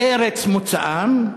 בארץ מוצאם,